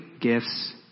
gifts